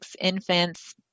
infants